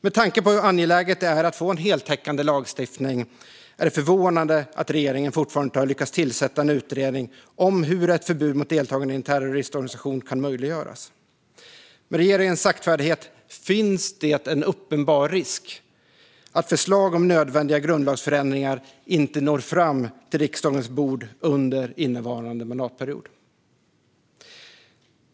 Med tanke på hur angeläget det är att få en heltäckande lagstiftning är det förvånade att regeringen fortfarande inte har lyckats tillsätta en utredning om hur ett förbud mot deltagande i en terroristorganisation kan möjliggöras. Med regeringens saktfärdighet finns en uppenbar risk att förslag om nödvändiga grundlagsförändringar inte når fram till riksdagens bord under innevarande mandatperiod.